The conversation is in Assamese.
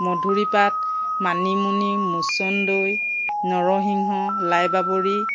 মধুৰিপাত মানিমুনি মুচন্দৈ নৰসিংহ লাই বাবৰী